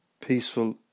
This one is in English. peaceful